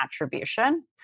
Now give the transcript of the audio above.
attribution